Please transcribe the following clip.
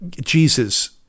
Jesus